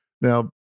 Now